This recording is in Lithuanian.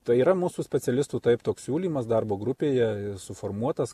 tai yra mūsų specialistų taip toks siūlymas darbo grupėje suformuotas